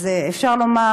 אז אפשר לומר: